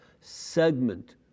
segment